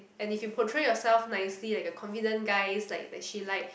and if you portray yourself nicely like a confident guys like that she like